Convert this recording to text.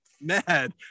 mad